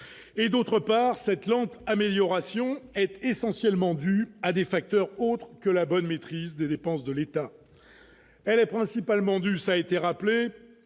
et d'autre part cette lente amélioration est essentiellement due à des facteurs autres que la bonne maîtrise des dépenses de l'État, elle est principalement dû ça été rappelé